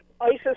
ISIS